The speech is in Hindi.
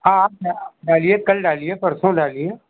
हाँ आप डालिए कल डालिए परसों डालिए